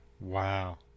wow